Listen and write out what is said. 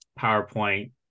PowerPoint